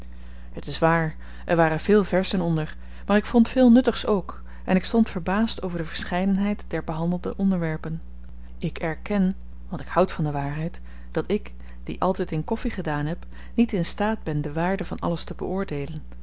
het is waar er waren veel verzen onder maar ik vond veel nuttigs ook en ik stond verbaasd over de verscheidenheid der behandelde onderwerpen ik erken want ik houd van de waarheid dat ik die altyd in koffi gedaan heb niet in staat ben de waarde van alles te beoordeelen